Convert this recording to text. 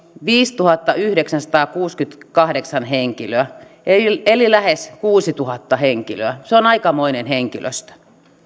viisituhattayhdeksänsataakuusikymmentäkahdeksan henkilöä eli lähes kuusituhatta henkilöä se on aikamoinen henkilöstö